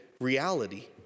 reality